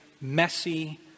messy